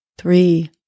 Three